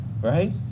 right